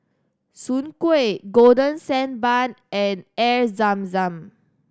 soon kway Golden Sand Bun and Air Zam Zam